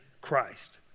Christ